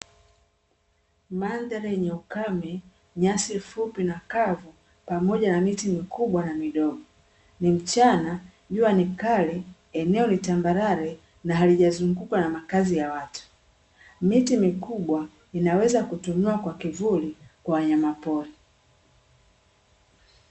Mandhali yenye ukame nyasi fupi na kavu pamoja na miti mikubwa na midogo, ni mchana jua ni kali eneo ni tambalale na halijazungukwa na makazi ya watu, miti mkubwa inaweza kutumiwa kwa kivuli kwa wanyama pori.